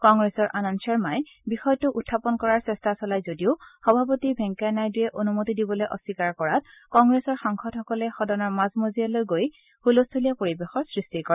কংগ্ৰেছৰ আনন্দ শৰ্মাই বিষয়টো উখাপন কৰাৰ চেষ্টা চলাই যদিও সভাপতি ভেংকায়া নাডুৱা অনুমতি দিবলৈ অস্বীকাৰ কৰাত কংগ্ৰেছৰ সাংসদসকলে সদনৰ মাজ মজিয়ালৈ আহি হুলস্থূলীয়া পৰিৱেশৰ সৃষ্টি কৰে